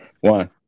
One